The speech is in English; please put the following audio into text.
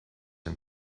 and